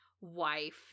wife